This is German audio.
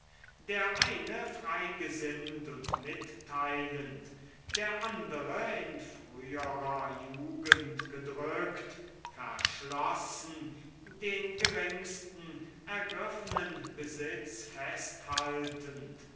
der eine frei gesinnt und mitteilend der andere in früherer jugend gedrückt verschlossen den geringsten ergriffenen besitz festhaltend